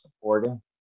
supporting